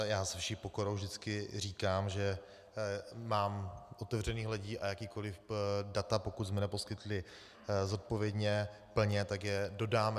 Já se vší pokorou vždycky říkám, že mám otevřené hledí, a jakákoli data, pokud jsme je neposkytli zodpovědně, plně, tak je dodáme.